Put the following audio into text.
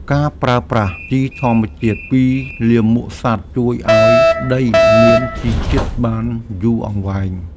ការប្រើប្រាស់ជីធម្មជាតិពីលាមកសត្វ ជួយឱ្យដីមានជីជាតិបានយូរអង្វែង។